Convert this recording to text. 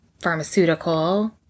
pharmaceutical